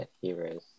Heroes